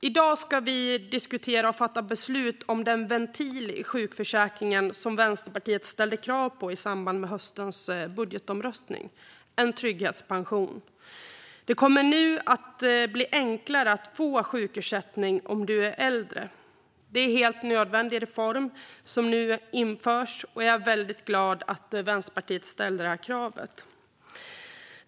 I dag ska vi diskutera och fatta beslut om den ventil i sjukförsäkringen som Vänsterpartiet ställde krav på i samband med höstens budgetomröstning - en trygghetspension. Det kommer nu att bli enklare att få sjukersättning om du är äldre. Det är en helt nödvändig reform som nu införs, och jag är väldigt glad att Vänsterpartiet ställde detta krav.